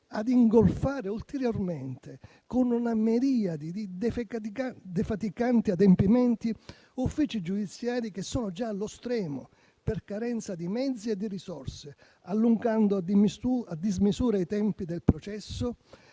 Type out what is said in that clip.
ad ingolfare ulteriormente, con una miriade di defatiganti adempimenti, uffici giudiziari che sono già allo stremo per carenza di mezzi e di risorse, allungando a dismisura i tempi del processo